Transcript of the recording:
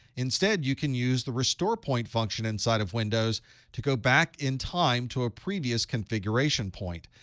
instead, you can use the restore point function inside of windows to go back in time to a previous configuration point.